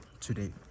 today